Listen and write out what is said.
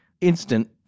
instant